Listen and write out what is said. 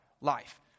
life